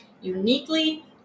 uniquely